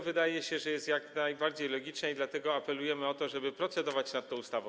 Wydaje się, że jest ona jak najbardziej logiczna, dlatego apelujemy o to, żeby procedować nad tą ustawą.